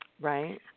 Right